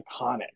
iconic